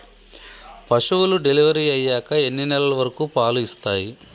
పశువులు డెలివరీ అయ్యాక ఎన్ని నెలల వరకు పాలు ఇస్తాయి?